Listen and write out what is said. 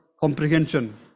comprehension